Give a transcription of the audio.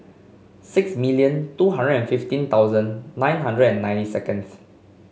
six million two hundred and fifteen thousand nine hundred and ninety seconds